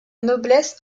noblesse